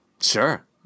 sure